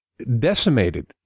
Decimated